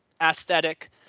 aesthetic